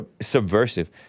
subversive